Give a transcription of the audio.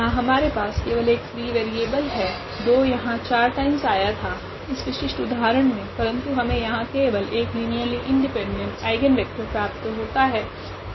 यहाँ हमारे पास केवल एक फ्री वेरिएबल है 2 यहाँ 4 टाइम्स आया था इस विशिष्ट उदाहरण मे परंतु हमे यहाँ केवल एक लीनियरली इंडिपेंडेंट आइगनवेक्टर प्राप्त होता है